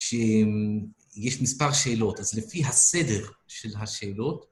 שיש מספר שאלות, אז לפי הסדר של השאלות...